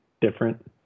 different